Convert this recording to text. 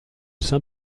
saint